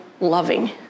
loving